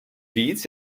víc